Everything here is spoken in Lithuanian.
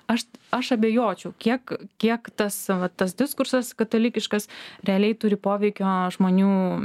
aš aš abejočiau kiek kiek tas va tas diskursas katalikiškas realiai turi poveikio žmonių